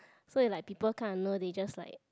so is like people can't handle they just like